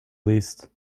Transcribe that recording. least